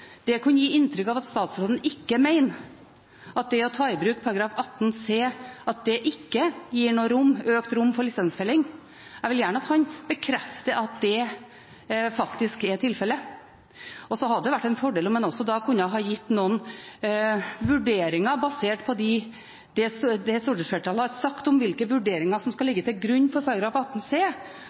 sa, kunne gi inntrykk av at statsråden ikke mener at det å ta i bruk § 18 c ikke gir økt rom for lisensfelling. Jeg vil gjerne at han bekrefter at det faktisk er tilfellet. Det hadde vært en fordel om han også kunne gitt noen vurderinger basert på det stortingsflertallet har sagt om hvilke vurderinger som skal ligge til grunn for § 18 c,